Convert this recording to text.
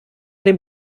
dem